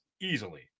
easily